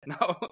no